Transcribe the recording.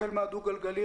החל מהדו-גלגלי,